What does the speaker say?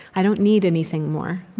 i don't need anything more,